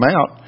out